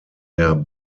der